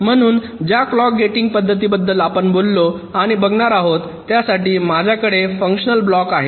म्हणून ज्या clock gating पद्धतींबद्दल आपण बोललो आणि बघणार आहोत त्यासाठी माझ्याकडे फंकशनल ब्लॉक आहे